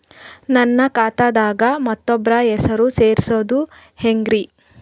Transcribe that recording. ನನ್ನ ಖಾತಾ ದಾಗ ಮತ್ತೋಬ್ರ ಹೆಸರು ಸೆರಸದು ಹೆಂಗ್ರಿ?